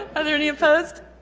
are there any opposed?